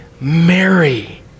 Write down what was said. Mary